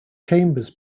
chambers